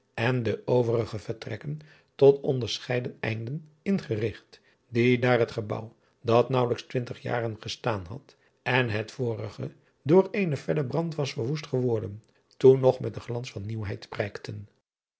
en de overige vertrekken tot onderscheiden einden ingerigt die daar het gebouw dat naauwelijks twintig jaren gestaan had en het vorige door eenen fellen brand was verwoest geworden toen nog met den glans van nieuwheid prijkten